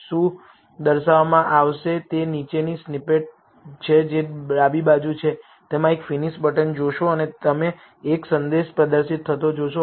શું દર્શાવવામાં આવશે તે નીચેની સ્નિપેટ છે જે ડાબી બાજુ છે તમે એક ફિનિશ બટન જોશો અને તમે એક સંદેશ પ્રદર્શિત થતો જોશો